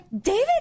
David